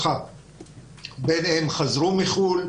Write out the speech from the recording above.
בין אם חזרו מחוץ,